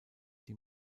die